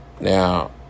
Now